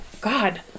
God